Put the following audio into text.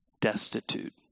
destitute